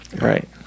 Right